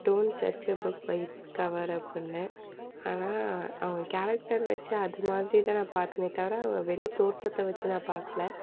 don't judge a book by its cover அப்புடின்னு ஆனால் அவங்க கேரக்டர் வச்சு அது மாதிரி தான் நான் பார்த்தனே தவிர அவங்க வெளி தோற்றத்தை வச்சு நான் பார்க்கல